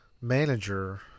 manager